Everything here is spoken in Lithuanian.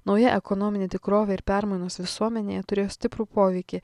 nauja ekonominė tikrovė ir permainos visuomenėje turėjo stiprų poveikį